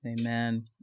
Amen